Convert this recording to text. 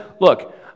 look